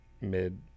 mid